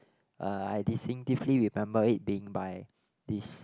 uh I distinctively remember being by this